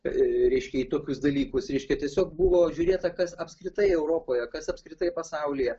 reiškia į tokius dalykus reiškia tiesiog buvo žiūrėta kas apskritai europoje kas apskritai pasaulyje